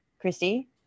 Christy